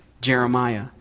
Jeremiah